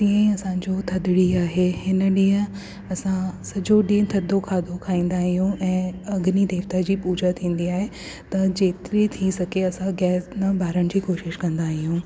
ईअं ई असांजो थदड़ी आहे हिन ॾींहुं असां सॼो ॾींहुं थधो खाधो खाईंदा आहियूं ऐं अग्नि देवता जी पूजा थींदी आहे त जेतरी थी सघे असां गैस न ॿारण जी कोशिश कंदा आहियूं